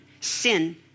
sin